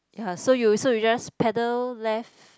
ya so you so you just paddle left